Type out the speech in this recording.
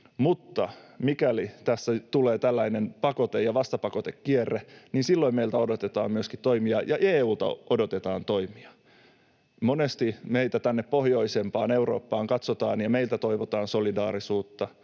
mutta mikäli tässä nyt tulee pakote- ja vastapakotekierre, niin silloin meiltä odotetaan myöskin toimia, ja EU:lta odotetaan toimia. Monesti meihin tänne pohjoisempaan Eurooppaan katsotaan ja meiltä toivotaan solidaarisuutta,